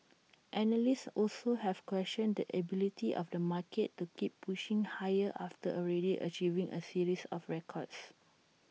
analysts also have questioned the ability of the market to keep pushing higher after already achieving A series of records